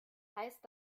heißt